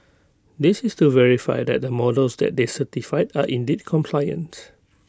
this is to verify that the models that they certified are indeed compliant